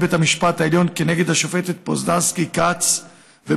בית המשפט העליון כנגד השופטת פוזננסקי כץ,